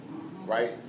Right